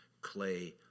clay